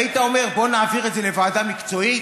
היית אומר: בוא את זה לוועדה מקצועית,